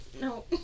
no